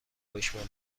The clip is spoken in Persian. بشمری